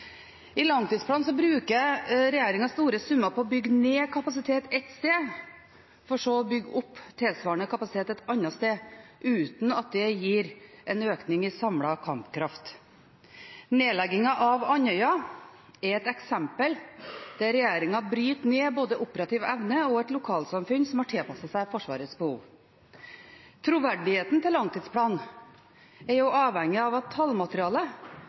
I langtidsplanen bruker regjeringen store summer på å bygge ned kapasitet ett sted for så å bygge opp tilsvarende kapasitet et annet sted, uten at det gir en økning i samlet kampkraft. Nedleggingen av Andøya er et eksempel på at regjeringen bryter ned både operativ evne og et lokalsamfunn som har tilpasset seg Forsvarets behov. Troverdigheten til langtidsplanen er avhengig av at tallmaterialet